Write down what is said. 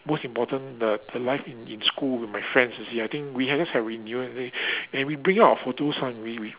most important the the life in in school with my friends you see I think we have this have reunion we and we bring out our photos then we we